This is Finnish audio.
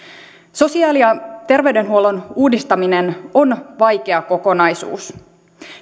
sosiaali ja terveydenhuollon uudistaminen on vaikea kokonaisuus